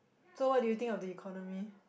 so what do you think of the economy